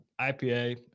IPA